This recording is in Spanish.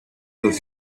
los